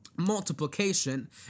multiplication